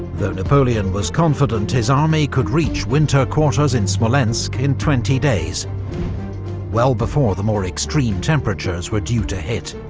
though napoleon was confident his army could reach winter quarters in smolensk in twenty days well before the more extreme temperatures were due to hit.